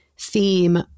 theme